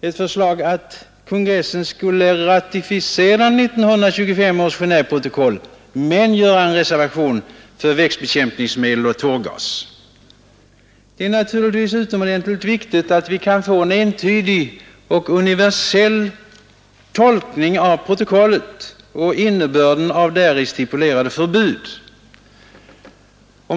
ett förslag att kongressen skulle ratificera 1925 års Gendveprotokoll men göra en reservation för växtbekämpningsmedel och tårgas. Det är givetvis utomordentligt viktigt att vi kan få en entydig och universell tolkning av protokollet och innebörden av däri stipulerade förbud.